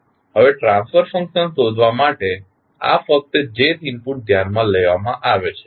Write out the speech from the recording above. હવે transfer function શોધવા માટે આ ફક્ત jth ઇનપુટ ધ્યાનમાં લેવામાં આવે છે